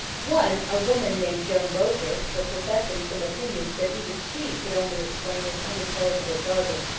one, a woman named joan bocher, for professing some opinions that even she could only explain in unintelligible jargon.